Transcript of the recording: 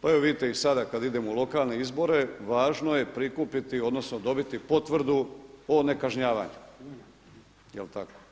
pa evo vidite i sada kada idemo u lokalne izbore važno je prikupiti odnosno dobiti potvrdu o nekažnjavanju jel tako.